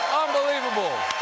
unbelievable!